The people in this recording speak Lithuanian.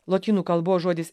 lotynų kalbos žodis